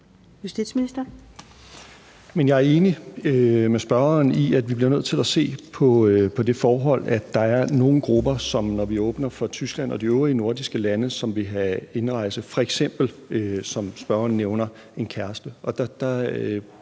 Jeg er enig med spørgeren i, at vi bliver nødt til at se på det forhold, at der er nogle grupper, som, når vi åbner for Tyskland og de øvrige nordiske lande, vil have indrejse, f.eks., som spørgeren nævner, en kæreste.